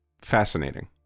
fascinating